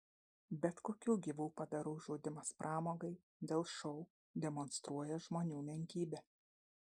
bet kokių gyvų padarų žudymas pramogai dėl šou demonstruoja žmonių menkybę